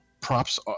props